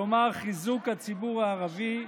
כלומר חיזוק הציבור הערבי,